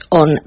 on